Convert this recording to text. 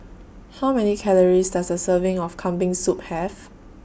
How Many Calories Does A Serving of Kambing Soup Have